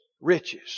riches